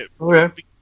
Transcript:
Okay